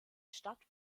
stadt